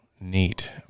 neat